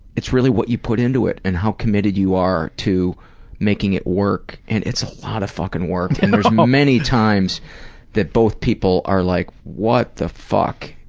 it's really what you put into it and how committed you are to making it work. and it's a lot of fucking and work and there's um um many times that both people are like, what the fuck?